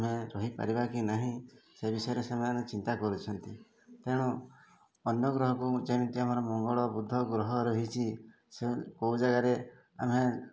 ଆମେ ରହିପାରିବା କି ନାହିଁ ସେ ବିଷୟରେ ସେମାନେ ଚିନ୍ତା କରୁଛନ୍ତି ତେଣୁ ଅନ୍ୟ ଗ୍ରହକୁ ଯେମିତି ଆମର ମଙ୍ଗଳ ବୁଧ ଗ୍ରହ ରହିଛି ସେ କୋଉ ଜାଗାରେ ଆମେ